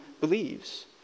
believes